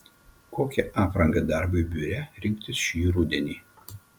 kokią aprangą darbui biure rinktis šį rudenį